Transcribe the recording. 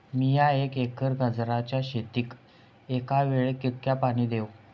मीया एक एकर गाजराच्या शेतीक एका वेळेक कितक्या पाणी देव?